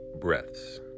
breaths